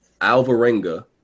Alvarenga